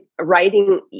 writing